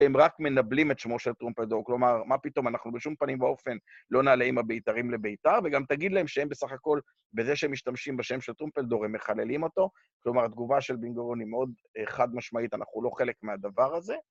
הם רק מנבלים את שמו של טרומפלדור, כלומר, מה פתאום, אנחנו בשום פנים ואופן לא נעלה עם הבית"רים לבית"ר, וגם תגיד להם שהם בסך הכל, בזה שהם משתמשים בשם של טרומפלדור, הם מחללים אותו, כלומר, התגובה של בן גוריון היא מאוד חד משמעית, אנחנו לא חלק מהדבר הזה.